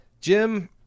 Jim